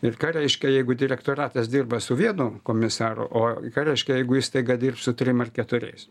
ir ką reiškia jeigu direktoratas dirba su vienu komisaru o ką reiškia jeigu jis staiga dirbs su trim ar keturiais